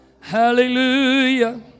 Hallelujah